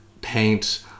paint